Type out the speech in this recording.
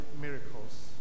miracles